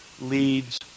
leads